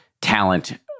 talent